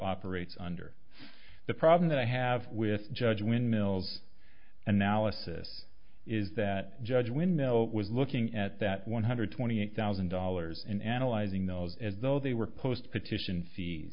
operates under the problem that i have with judge windmills analysis is that judge windmill was looking at that one hundred twenty eight thousand dollars in analyzing those as though they were post petition see